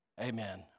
Amen